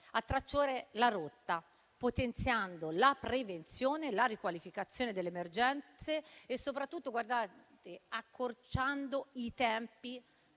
a tracciare la rotta, potenziando la prevenzione e la riqualificazione delle emergenze e soprattutto accorciando i tempi